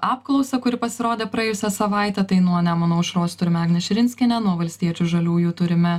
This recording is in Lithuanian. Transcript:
apklausą kuri pasirodė praėjusią savaitę tai nuo nemuno aušros turime agnę širinskienę nuo valstiečių žaliųjų turime